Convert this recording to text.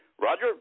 Roger